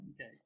Okay